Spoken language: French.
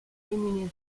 rémunérés